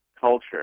culture